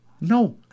no